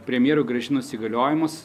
premjerui grąžinus įgaliojimus